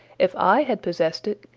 if i had possessed it,